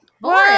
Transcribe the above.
Boring